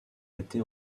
été